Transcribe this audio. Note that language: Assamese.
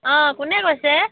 অঁ কোনে কৈছে